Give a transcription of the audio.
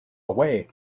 away